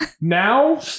now